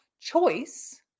choice